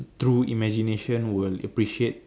through imagination will appreciate